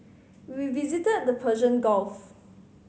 we visited the Persian Gulf